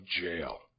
jail